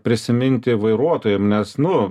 prisiminti vairuotojam nes nu